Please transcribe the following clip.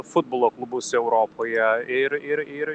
futbolo klubus europoje ir ir ir